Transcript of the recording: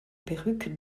perruque